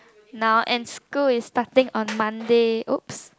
now and school is starting on Monday opps